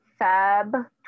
Feb